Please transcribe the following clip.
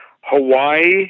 Hawaii